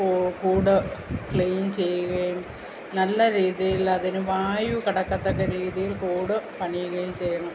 കൂ കൂട് ക്ലീൻ ചെയ്യുകയും നല്ല രീതിയിലതിനു വായു കടക്കത്തക്ക രീതിയിൽ കൂട് പണിയുകയും ചെയ്യണം